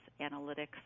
analytics